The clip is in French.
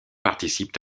participent